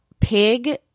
pig